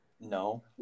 No